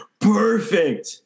Perfect